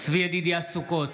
צבי ידידיה סוכות,